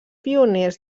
pioners